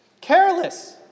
careless